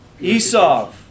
Esau